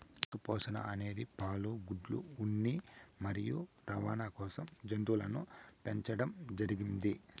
పశు పోషణ అనేది పాలు, గుడ్లు, ఉన్ని మరియు రవాణ కోసం జంతువులను పెంచండం జరిగింది